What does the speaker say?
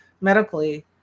medically